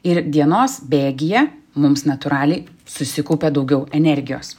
ir dienos bėgyje mums natūraliai susikaupia daugiau energijos